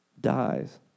dies